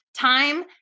Time